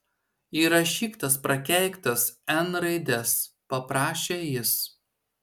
įrašyk tas prakeiktas n raides paprašė jis